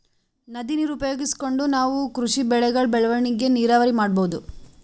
ನದಿ ನೀರ್ ಉಪಯೋಗಿಸ್ಕೊಂಡ್ ನಾವ್ ಕೃಷಿ ಬೆಳೆಗಳ್ ಬೆಳವಣಿಗಿ ನೀರಾವರಿ ಮಾಡ್ಬಹುದ್